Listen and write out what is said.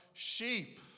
Sheep